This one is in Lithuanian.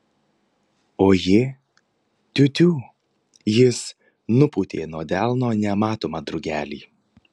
o ji tiu tiū jis nupūtė nuo delno nematomą drugelį